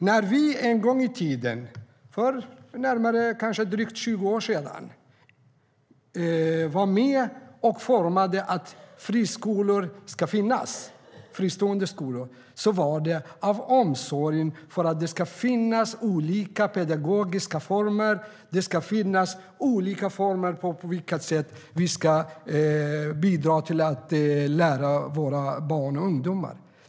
När vi för drygt 20 år sedan tog fram att friskolor ska finnas var det av omsorg om att det ska finnas olika pedagogiska former för att undervisa barn och ungdomar.